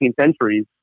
centuries